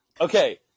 Okay